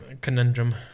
conundrum